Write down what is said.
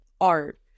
art